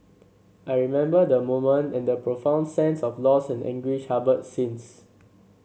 I remember the moment and the profound sense of loss and anguish harboured since